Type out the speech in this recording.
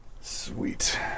Sweet